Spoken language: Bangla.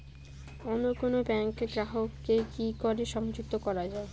অন্য কোনো ব্যাংক গ্রাহক কে কি করে সংযুক্ত করা য়ায়?